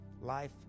Life